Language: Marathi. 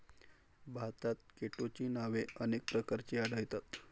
भारतात केटोची नावे अनेक प्रकारची आढळतात